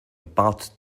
about